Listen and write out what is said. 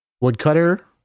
Woodcutter